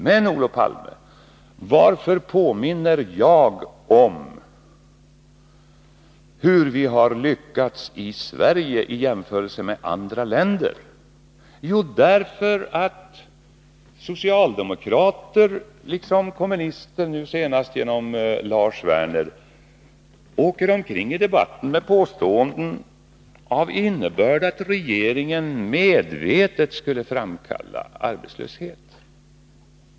Men, Olof Palme, varför påminner jag då om hur vi har lyckats i Sverige i jämförelse med andra länder? Jo, därför att socialdemokrater liksom kommunister — nu senast genom Lars Werner — åker omkring och för fram i debatten påståenden med innebörden att regeringen medvetet skulle framkalla arbetslöshet.